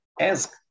ask